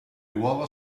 uova